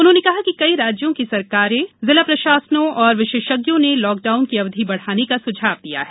उन्होंने कहा कि कई राज्यों की सरकारों जिला प्रशासनों और विशेषज्ञों ने लॉकडाउन की अवधि बढ़ाने का सुझाव दिया है